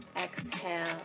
Exhale